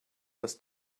dass